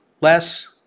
less